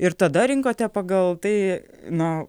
ir tada rinkote pagal tai na